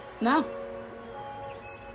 no